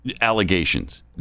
allegations